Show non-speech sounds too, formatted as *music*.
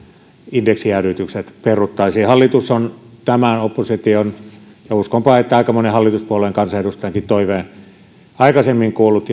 indeksijäädytykset peruttaisiin hallitus on tämän opposition ja uskonpa että aika monen hallituspuolueen kansanedustajankin toiveen aikaisemmin kuullut *unintelligible*